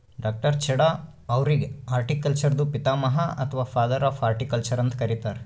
ಡಾ.ಚಢಾ ಅವ್ರಿಗ್ ಹಾರ್ಟಿಕಲ್ಚರ್ದು ಪಿತಾಮಹ ಅಥವಾ ಫಾದರ್ ಆಫ್ ಹಾರ್ಟಿಕಲ್ಚರ್ ಅಂತ್ ಕರಿತಾರ್